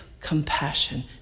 compassion